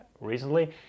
Recently